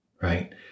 right